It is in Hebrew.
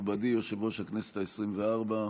מכובדי יושב-ראש הכנסת העשרים-וארבע,